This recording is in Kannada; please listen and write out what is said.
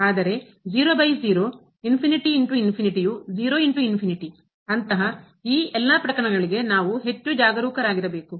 ಆದರೆ ಯು ಅಂತಹ ಈ ಎಲ್ಲ ಪ್ರಕರಣಗಳಿಗೆ ನಾವು ಹೆಚ್ಚು ಜಾಗರೂಕರಾಗಿರಬೇಕು